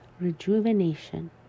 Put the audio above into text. rejuvenation